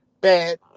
bad